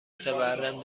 متورم